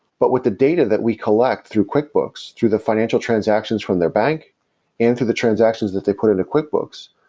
but with the data that we collect through quickbooks, through the financial transactions from their bank and through the transactions that they put into quickbooks,